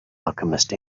alchemist